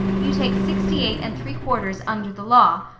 you take sixty-eight and three quarters under the law.